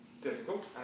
difficult